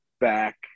back